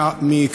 תודה, אדוני השר.